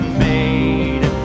made